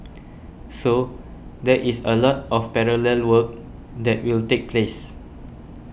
so there is a lot of parallel work that will take place